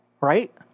Right